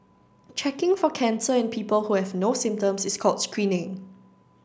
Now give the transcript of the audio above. checking for cancer in people who have no symptoms is called screening